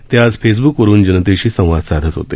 ते आज फेसब्कवरून जनतेशी संवाद साधत होते